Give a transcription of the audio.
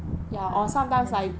oh ya then cheaper